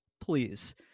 Please